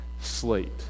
slate